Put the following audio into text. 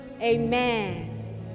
Amen